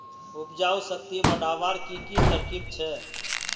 उपजाऊ शक्ति बढ़वार की की तरकीब छे?